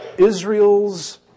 Israel's